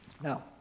Now